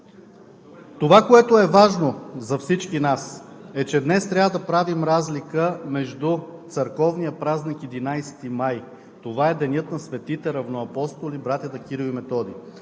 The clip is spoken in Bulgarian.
Това, което е важно за всички нас, е, че днес трябва да правим разлика между църковния празник 11 май, който е Денят на Светите равноапостоли – братята Кирил и Методий.